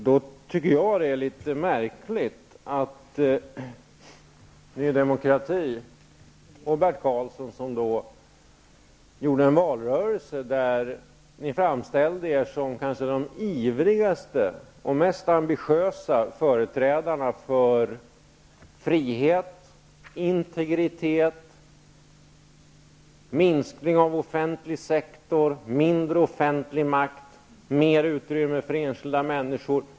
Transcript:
Jag tycker att det är litet märkligt att Ny demokrati och Bert Karlsson gjorde en valrörelse där ni framställde er som kanske de ivrigaste och mest ambitiösa företrädarna för frihet, integritet, minskning av offentlig sektor, mindre offentlig makt och mer utrymme för enskilda människor.